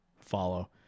follow